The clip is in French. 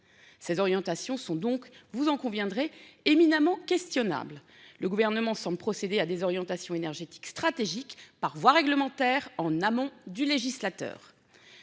ces orientations sont donc vous en conviendrez éminemment questionnable le gouvernement sans procéder à des orientations énergétiques stratégiques par voie réglementaire en amont du législateur.